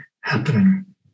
happening